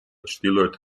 ჩრდილოეთ